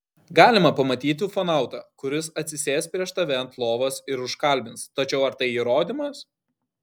galima pamatyti ufonautą kuris atsisės prieš tave ant lovos ir užkalbins tačiau ar tai įrodymas